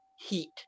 heat